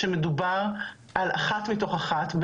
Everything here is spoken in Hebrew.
שמדובר על אחת מתוך אחת,